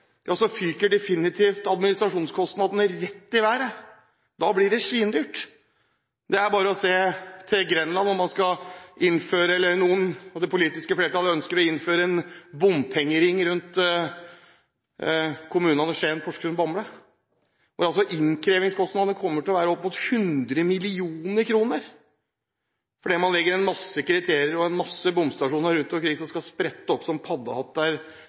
fyker administrasjonskostnadene rett i været. Da blir det svindyrt. Det er bare å se til Grenland, hvor det politiske flertall ønsker å innføre en bompengering rundt kommunene Skien, Porsgrunn og Bamble. Innkrevingskostnadene kommer til å være opp mot 100 mill. kr fordi man legger inn en masse kriterier og planlegger med en rekke bomstasjoner som skal sprette opp som paddehatter rundt omkring i kommunene. Jeg synes det er hyggelig at representanten Langeland også har